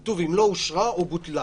כתוב: "אם לא אושרה או בוטלה"